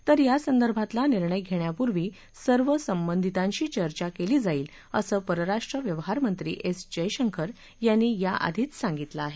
तर यासंदर्भातला निर्णय घेण्यापूर्वी सर्व संबंधितांशी चर्चा केली जाईल असं परराष्ट्र व्यवहार मंत्री एस जयशंकर यांनी याआधीच सांगितलं आहे